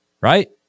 right